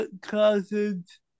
cousins